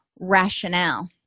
rationale